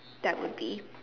that would be